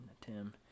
Tim